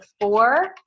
four